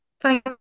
Thank